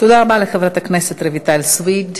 תודה רבה לחברת הכנסת רויטל סויד.